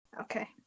Okay